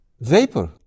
vapor